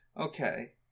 Okay